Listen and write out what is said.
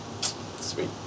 Sweet